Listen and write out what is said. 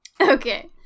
Okay